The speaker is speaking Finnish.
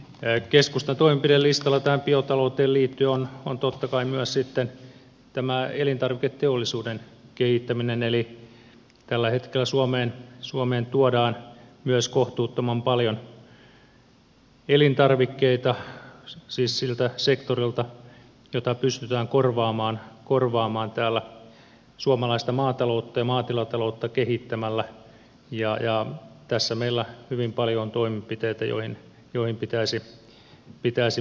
keskustan toimenpidelistalla tähän biotalouteen liittyen on totta kai myös sitten tämä elintarviketeollisuuden kehittäminen eli tällä hetkellä suomeen tuodaan myös kohtuuttoman paljon elintarvikkeita siis siltä sektorilta jota pystytään korvaamaan täällä suomalaista maataloutta ja maatilataloutta kehittämällä ja tässä meillä hyvin paljon on toimenpiteitä joihin pitäisi paneutua